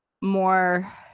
more